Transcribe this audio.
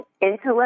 intellect